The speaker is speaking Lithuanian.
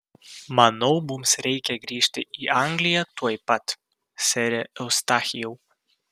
manau mums reikia grįžti į angliją tuoj pat sere eustachijau